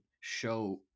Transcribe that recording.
show